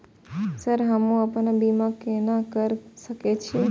Sir हमू अपना बीमा केना कर सके छी?